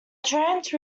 trance